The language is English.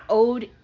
owed